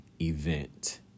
event